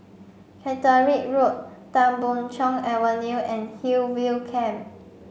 Caterick Road Tan Boon Chong Avenue and Hillview Camp